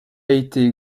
été